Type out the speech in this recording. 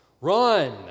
run